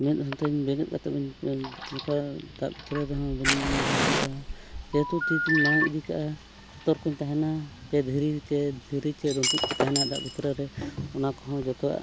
ᱢᱮᱫ ᱦᱚ ᱛᱟᱹᱧ ᱵᱮᱸᱜᱮᱫ ᱠᱟᱛᱮ ᱚᱱᱠᱟ ᱫᱟᱜ ᱵᱷᱤᱛᱨᱤ ᱨᱮᱦᱚᱸ ᱵᱟᱹᱧ ᱵᱮᱸᱜᱮᱫᱟ ᱡᱮᱦᱮᱛᱩ ᱛᱤᱛᱮᱧ ᱢᱟᱲᱟᱝ ᱤᱫᱤ ᱠᱟᱜᱼᱟ ᱥᱚᱛᱚᱨᱠᱚᱧ ᱛᱟᱦᱮᱱᱟ ᱪᱮ ᱫᱷᱨᱤ ᱪᱮ ᱫᱷᱤᱨ ᱪᱮ ᱰᱩᱱᱴᱷᱩᱰ ᱠᱚ ᱛᱟᱦᱮᱱᱟ ᱫᱟᱜ ᱵᱷᱤᱛᱨᱟᱹᱨᱮ ᱚᱱᱟ ᱠᱚᱦᱚᱸ ᱡᱚᱛᱚᱣᱟᱜ